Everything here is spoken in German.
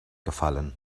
gefallen